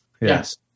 yes